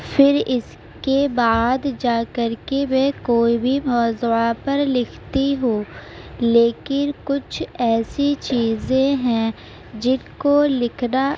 پھر اس کے بعد جا کر کے میں کوئی بھی موضوع پر لکھتی ہوں لیکن کچھ ایسی چیزیں ہیں جن کو لکھنا